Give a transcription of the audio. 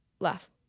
laugh